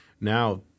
now